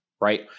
Right